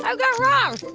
um guy raz,